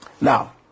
now